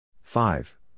five